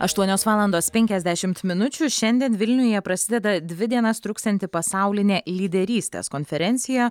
aštuonios valandos penkiasdešimt minučių šiandien vilniuje prasideda dvi dienas truksianti pasaulinė lyderystės konferencija